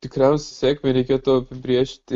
tikriausiai sėkmę reikėtų apibrėžti